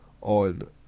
on